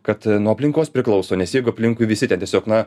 kad nuo aplinkos priklauso nes jeigu aplinkui visi ten tiesiog na